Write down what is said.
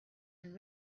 and